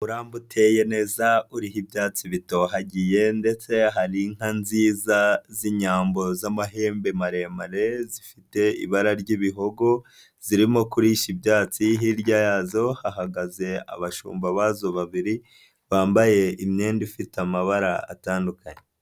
Umurambi uteye neza, uriho ibyatsi bitohagiye ndetse hari inka nziza z'inyambo z'amahembe maremare, zifite ibara ry'ibihogo, zirimo kurisha ibyatsi hirya yazo hahagaze abashumba bazo babiri ,bambaye imyenda ifite amabara atandukanye.